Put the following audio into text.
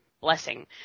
blessing